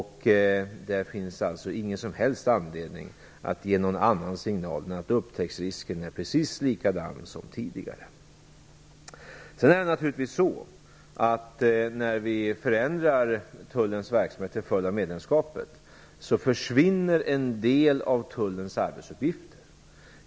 Det finns alltså ingen som helst anledning att ge någon annan signal än att risken för upptäckt är precis lika stor som tidigare. När vi förändrar Tullens verksamhet till följd av medlemskapet försvinner en del av Tullens arbetsuppgifter.